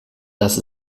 dass